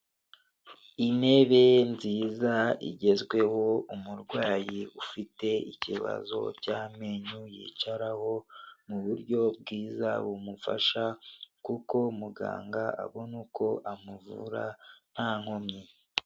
Intebe nziza igezweho umurwayi ufite ikibazo cy'amenyo yicaraho mu buryo bwiza bumufasha, kuko muganga abona uko amuvura nta nkomyi.